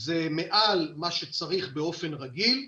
זה מעל מה שצריך באופן רגיל.